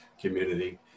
community